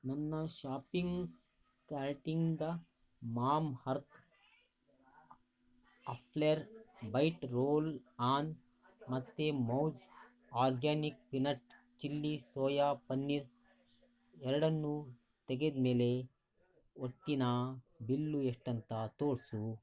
ನನ್ನ ಶಾಪಿಂಗ್ ಕಾರ್ಟಿಂದ ಮಾಮ್ಅರ್ತ್ ಅಪ್ಲೆರ್ ಬೈಟ್ ರೋಲ್ ಆನ್ ಮತ್ತು mouths organic peanut chilli soya paneer ಎರಡನ್ನೂ ತೆಗೆದ ಮೇಲೆ ಒಟ್ಟಿನ ಬಿಲ್ಲು ಎಷ್ಟು ಅಂತ ತೋರಿಸು